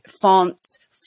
fonts